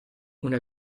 una